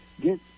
get